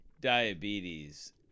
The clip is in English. diabetes